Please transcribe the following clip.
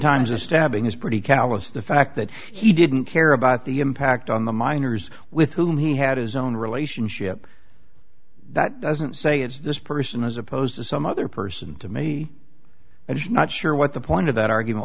times a stabbing is pretty callous the fact that he didn't care about the impact on the minors with whom he had his own relationship that doesn't say it's this person as opposed to some other person to me i just not sure what the point of that argument